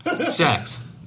Sex